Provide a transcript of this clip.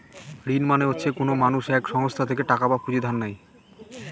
ঋণ মানে হচ্ছে কোনো মানুষ এক সংস্থা থেকে টাকা বা পুঁজি ধার নেয়